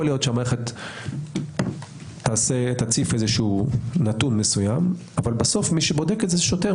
אולי היא תציף נתון מסוים אבל בסוף מי שבודק שוטר.